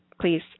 please